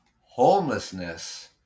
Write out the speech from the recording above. Homelessness